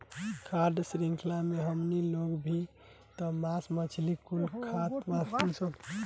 खाद्य शृंख्ला मे हमनी लोग भी त मास मछली कुल खात बानीसन